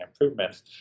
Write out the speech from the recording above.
improvements